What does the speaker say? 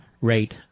rate